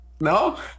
No